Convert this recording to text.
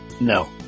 No